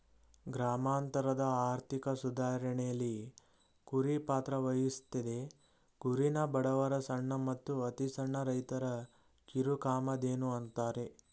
ಗ್ರಾಮಾಂತರದ ಆರ್ಥಿಕ ಸುಧಾರಣೆಲಿ ಕುರಿ ಪಾತ್ರವಹಿಸ್ತದೆ ಕುರಿನ ಬಡವರ ಸಣ್ಣ ಮತ್ತು ಅತಿಸಣ್ಣ ರೈತರ ಕಿರುಕಾಮಧೇನು ಅಂತಾರೆ